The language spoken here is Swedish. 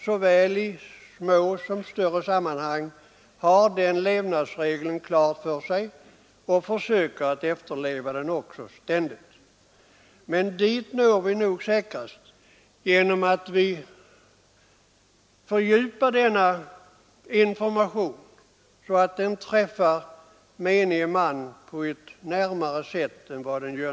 Såväl i små som i större sammanhang bör man ha den levnadsregeln klar för sig och ständigt försöka att efterleva den. Men dit når vi nog säkrast genom att vi fördjupar informationen, så att den träffar menige man på ett mera inträngande sätt än vad den nu gör.